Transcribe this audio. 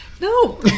No